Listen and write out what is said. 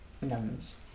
nuns